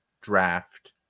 draft